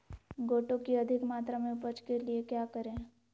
गोटो की अधिक मात्रा में उपज के लिए क्या करें?